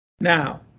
now